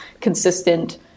consistent